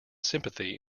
sympathy